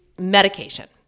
medication